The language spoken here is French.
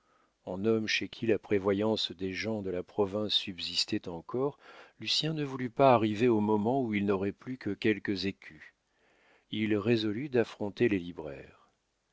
en homme chez qui la prévoyance des gens de la province subsistait encore lucien ne voulut pas arriver au moment où il n'aurait plus que quelques écus il résolut d'affronter les libraires